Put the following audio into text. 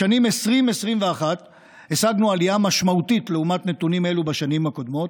בשנים 2021-2020 השגנו עלייה משמעותית לעומת נתונים אלו בשנים הקודמות: